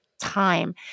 time